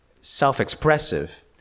self-expressive